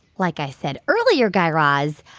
like i said earlier, guy raz,